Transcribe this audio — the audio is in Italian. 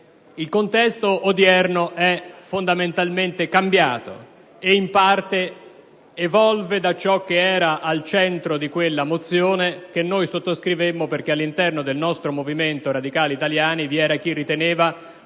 Il contesto odierno è fondamentalmente cambiato ed in parte evolve da ciò che era al centro di quella mozione che noi sottoscrivemmo, perché, all'interno del nostro movimento Radicali italiani, vi era chi riteneva